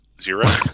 Zero